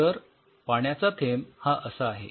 तर पाण्याचा थेंब हा असा आहे